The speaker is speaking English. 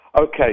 Okay